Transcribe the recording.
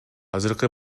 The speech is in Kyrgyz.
азыркы